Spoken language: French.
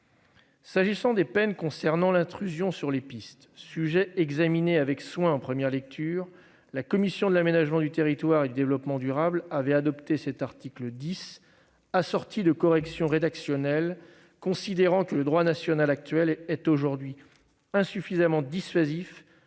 S'agissant des peines sanctionnant l'intrusion sur les pistes, un sujet examiné avec soin en première lecture, la commission de l'aménagement du territoire et du développement durable avait adopté l'article 10, assorti de corrections rédactionnelles, en considérant que le droit national actuel était insuffisamment dissuasif